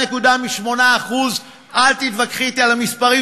3.8%. אל תתווכחי אתי על המספרים.